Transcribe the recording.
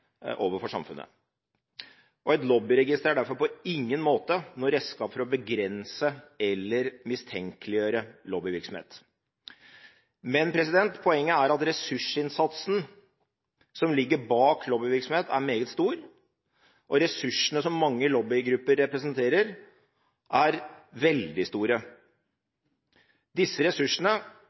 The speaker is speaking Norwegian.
overfor samfunnet. Et lobbyregister er derfor på ingen måte et redskap for å begrense eller mistenkeliggjøre lobbyvirksomhet. Poenget er at ressursinnsatsen, som ligger bak lobbyvirksomhet, er meget stor. Og ressursene, som mange lobbygrupper representerer, er veldig store. Disse ressursene